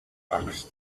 asked